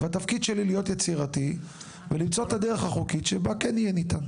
והתפקיד שלי הוא להיות יצרתי ולמצוא את הדרך החוקית שבה כן יהיה ניתן.